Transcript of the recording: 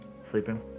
sleeping